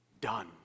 done